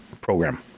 program